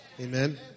Amen